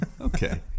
Okay